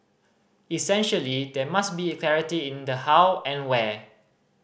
essentially there must be clarity in the how and where